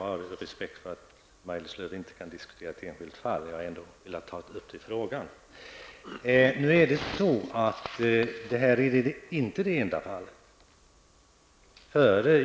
Jag respekterar att Maj-Lis Lööw inte kan diskutera ett enskilt fall, men har ändå velat ta upp saken i frågan. Nu är det här inte det enda fallet.